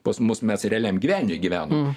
pas mus mes realiam gyvenime gyvenom